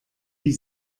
die